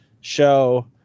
show